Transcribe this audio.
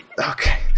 Okay